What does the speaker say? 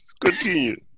continue